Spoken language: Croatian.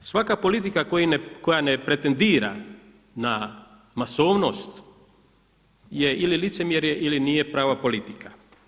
Svaka politika koja ne pretendira na masovnost je ili licemjerje ili nije prava politika.